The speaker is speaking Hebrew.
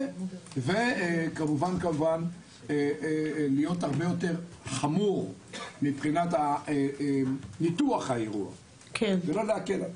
וכמובן להיות הרבה יותר חמור מבחינת ניתוח העימות ולא להקל.